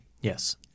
Yes